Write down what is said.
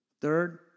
Third